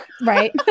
Right